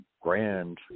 grand